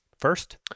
first